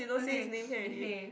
okay okay